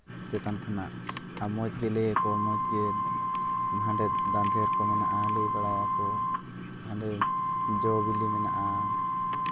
ᱪᱮᱛᱟᱱ ᱠᱷᱚᱱᱟᱜ ᱟᱨ ᱢᱚᱡᱽᱜᱮ ᱞᱟᱹᱭᱟᱠᱚ ᱢᱚᱡᱽᱜᱮ ᱦᱟᱸᱰᱮ ᱫᱟᱸᱫᱷᱮᱨ ᱠᱚ ᱢᱮᱱᱟᱜᱼᱟ ᱞᱟᱹᱭ ᱵᱟᱲᱟᱭᱟᱠᱚ ᱦᱟᱸᱰᱮ ᱡᱚᱼᱵᱤᱞᱤ ᱢᱮᱱᱟᱜᱼᱟ